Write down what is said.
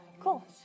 Cool